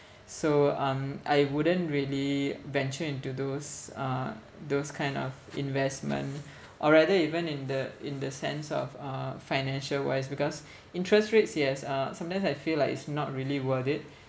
so um I wouldn't really venture into those uh those kind of investment or rather even in the in the sense of uh financial wise because interest rates yes uh sometimes I feel like it's not really worth it